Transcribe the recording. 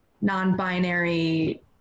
non-binary